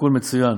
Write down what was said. תיקון מצוין.